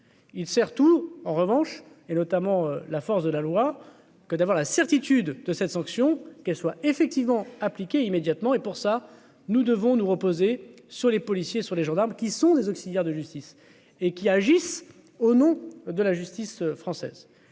il sert tout en revanche et notamment la force de la loi que d'avoir la certitude de cette sanction, qu'elle soit effectivement appliquée immédiatement et pour ça, nous devons nous reposer sur les policiers sur les gendarmes qui sont des auxiliaires de justice et qui agissent au nom de la justice française